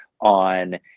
on